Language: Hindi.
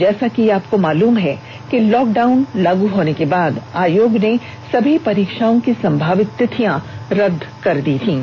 जैसा कि आपको मालूम है कि लॉक डाउन लागू होने के बाद आयोग ने सभी परीक्षाओं की संभावित तिथियां रद कर दी थीं